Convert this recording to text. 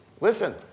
Listen